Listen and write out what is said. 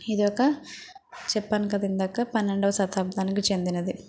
ఇది ఒక్క చెప్పాను కదా ఇందాక పన్నెండవ శతాబ్దానికి చెందినది